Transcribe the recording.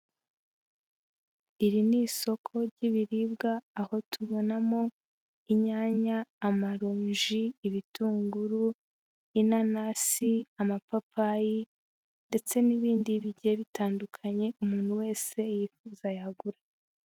Iri ni isoko ry'ibiribwa, aho tubonamo inyanya, amaronji, ibitunguru, inanasi, amapapayi ndetse n'ibindi bigiye bitandukanye umuntu wese yifuza yagura.